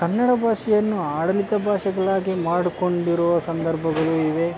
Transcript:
ಕನ್ನಡ ಭಾಷೆಯನ್ನು ಆಡಳಿತ ಭಾಷೆಗಳಾಗಿ ಮಾಡ್ಕೊಂಡಿರುವ ಸಂದರ್ಭಗಳು ಇವೆ